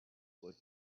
were